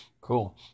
Cool